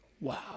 Wow